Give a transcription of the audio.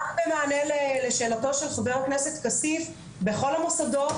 במענה לשאלתו של חבר הכנסת כסיף בכל המוסדות,